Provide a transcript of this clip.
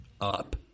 up